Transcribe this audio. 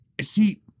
see